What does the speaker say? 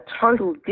total